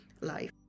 life